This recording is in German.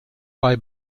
bei